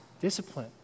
discipline